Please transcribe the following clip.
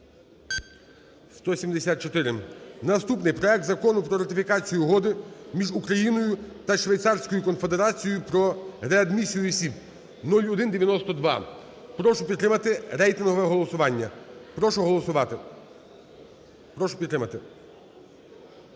174. Наступний. Проект Закону про ратифікацію Угоди між Україною та Швейцарською Конфедерацією про реадмісію осіб (0192). Прошу підтримати, рейтингове голосування. Прошу голосувати. Прошу підтримати.